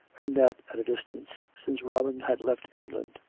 and that at a distance, since robin had left england